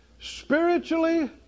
Spiritually